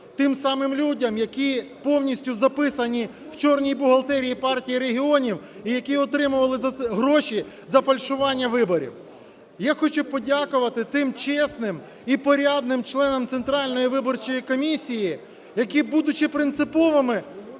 тим самим людям, які повністю записані в "чорній бухгалтерії" Партії регіонів і які отримували гроші за фальшування виборів. Я хочу подякувати тим чесним і порядним членам Центральної виборчої комісії, які, будучи принциповими,